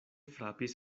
frapis